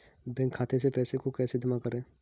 Bank खाते से पैसे को कैसे जमा करें?